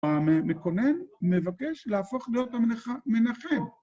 המקונן מבקש להפוך להיות המנחם.